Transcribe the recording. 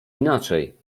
inaczej